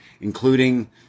including